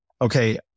okay